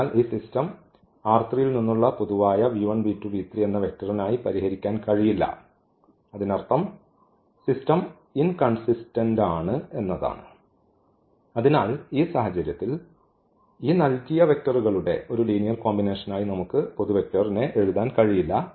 അതിനാൽ ഈ സിസ്റ്റം ൽ നിന്നുള്ള പൊതുവായ എന്ന വെക്റ്ററിനായി പരിഹരിക്കാൻ കഴിയില്ല അതിനർത്ഥം സിസ്റ്റം ഇൻകൺസിസ്റ്റന്റ് ആണ് അതിനാൽ ഈ സാഹചര്യത്തിൽ ഈ നൽകിയ വെക്റ്ററുകളുടെ ഒരു ലീനിയർ കോമ്പിനേഷനായി നമുക്ക് എഴുതാൻ കഴിയില്ല